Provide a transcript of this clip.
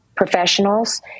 Professionals